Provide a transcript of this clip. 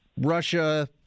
Russia